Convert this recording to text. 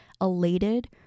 elated